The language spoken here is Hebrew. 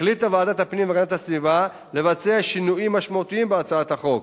החליטה ועדת הפנים והגנת הסביבה לבצע שינויים משמעותיים בהצעת החוק.